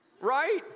right